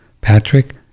Patrick